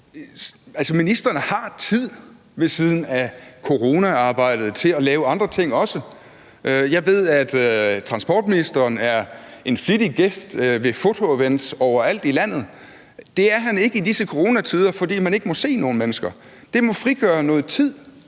ministeren har tid ved siden af coronaarbejdet til også at lave andre ting. Jeg ved, at transportministeren er en flittig gæst ved fotoevents overalt i landet, men det er han ikke i disse coronatider, fordi man ikke må se nogen mennesker. Det må frigøre noget tid